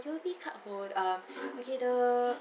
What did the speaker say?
U_O_B card hold um okay the